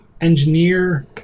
engineer